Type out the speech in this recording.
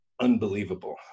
unbelievable